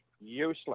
Useless